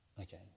okay